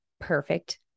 perfect